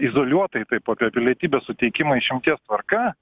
izoliuotai taip apie pilietybės suteikimą išimties tvarka